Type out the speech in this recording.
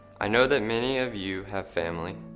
i know that many of you have family,